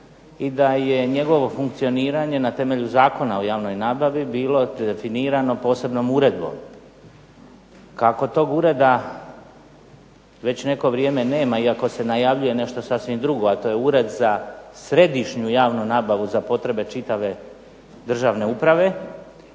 i da je njegovo funkcioniranje na temelju Zakona o javnoj nabavi bilo definirano posebnom uredbom. Kako tog ureda već neko vrijeme nema iako se najavljuje nešto sasvim drugo a to je Ured za središnju javnu nabavu za potrebe čitave državne uprave